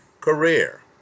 career